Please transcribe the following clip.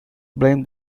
blame